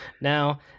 now